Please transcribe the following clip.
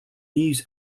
news